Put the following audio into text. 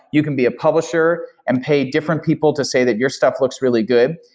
you can be a publisher and pay different people to say that your stuff looks really good.